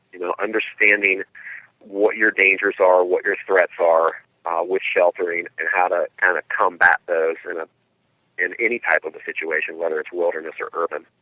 you know, understanding what your dangers are, what your threats are with sheltering and how to kind of combat those in ah in any type of the situation whether it is wilderness or urban.